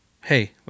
hey